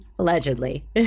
Allegedly